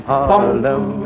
Harlem